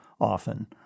often